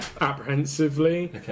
apprehensively